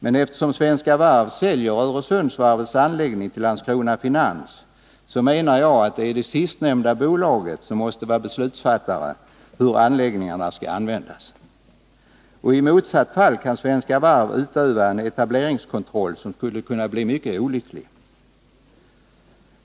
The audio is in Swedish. Men eftersom Svenska Varv säljer Öresundsvarvets anläggning till Landskrona Finans menar jag att det är det sistnämnda bolaget som måste fatta beslut om hur anläggningarna skall användas. I motsatt fall kan Svenska Varv utöva en etableringskontroll som skulle kunna bli mycket olycklig.